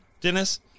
Dennis